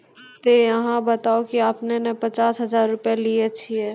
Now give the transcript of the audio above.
ते अहाँ बता की आपने ने पचास हजार रु लिए छिए?